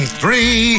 three